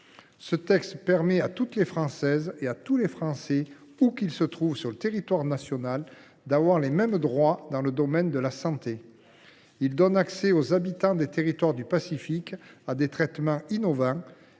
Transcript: Ce texte permet à toutes les Françaises et à tous les Français, où qu’ils se trouvent sur le territoire national, d’avoir les mêmes droits dans le domaine de la santé. Il donne accès aux habitants des collectivités du Pacifique à des traitements innovants